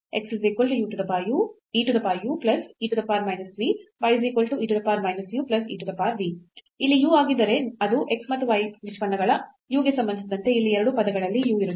xeu e−v ye−u ev ಇಲ್ಲಿ u ಆಗಿದ್ದರೆ ಅದು x ಮತ್ತು y ನಿಷ್ಪನ್ನಗಳ u ಗೆ ಸಂಬಂಧಿಸಿದಂತೆ ಇಲ್ಲಿ ಎರಡೂ ಪದಗಳಲ್ಲಿ u ಇರುತ್ತದೆ